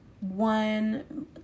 one